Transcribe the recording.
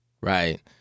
right